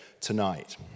tonight